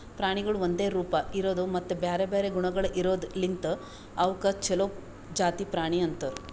ಪ್ರಾಣಿಗೊಳ್ ಒಂದೆ ರೂಪ, ಇರದು ಮತ್ತ ಬ್ಯಾರೆ ಬ್ಯಾರೆ ಗುಣಗೊಳ್ ಇರದ್ ಲಿಂತ್ ಅವುಕ್ ಛಲೋ ಜಾತಿ ಪ್ರಾಣಿ ಅಂತರ್